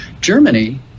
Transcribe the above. Germany